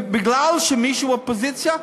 כי מישהו הוא אופוזיציה?